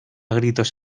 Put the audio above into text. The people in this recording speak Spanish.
gritos